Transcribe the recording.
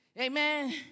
Amen